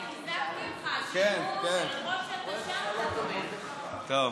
אני חיזקתי אותך, שלמרות שאתה שם, טוב.